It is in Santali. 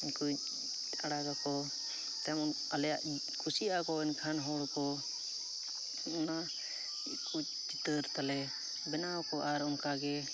ᱩᱱᱠᱩ ᱟᱲᱟᱜᱟᱠᱚ ᱮᱱᱛᱮ ᱟᱞᱮᱭᱟᱜ ᱠᱩᱥᱤᱜ ᱟᱠᱚ ᱮᱱᱠᱷᱟᱱ ᱦᱚᱲᱠᱚ ᱚᱱᱟᱠᱚ ᱪᱤᱛᱟᱹᱨᱛᱟᱞᱮ ᱵᱮᱱᱟᱣᱟᱠᱚ ᱟᱨ ᱚᱱᱠᱟᱜᱮ